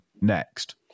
next